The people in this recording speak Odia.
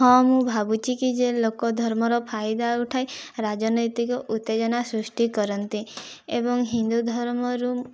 ହଁ ମୁଁ ଭାବୁଛି କି ଯେ ଲୋକ ଧର୍ମ ର ଫାଇଦା ଉଠାଇ ରାଜନୈତିକ ଉତ୍ତେଜନା ସୃଷ୍ଟି କରନ୍ତି ଏବଂ ହିନ୍ଦୁ ଧର୍ମ ରୁ